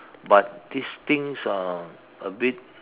but this things are a bit